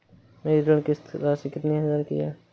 मेरी ऋण किश्त राशि कितनी हजार की है?